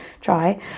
try